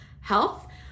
health